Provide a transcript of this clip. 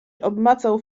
obmacał